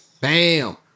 bam